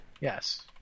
Yes